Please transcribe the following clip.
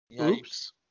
Oops